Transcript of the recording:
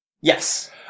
Yes